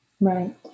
Right